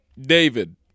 David